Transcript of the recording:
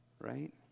right